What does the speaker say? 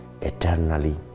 eternally